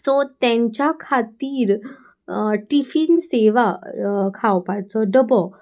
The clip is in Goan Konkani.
सो तेंच्या खातीर टिफीन सेवा खावपाचो डबो